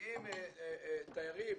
שמגיעים תיירים